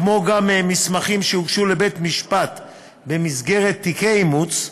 כמו גם מסמכים שהוגשו לבית-המשפט במסגרת תיקי אימוץ,